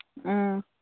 ꯎꯝ